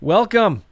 Welcome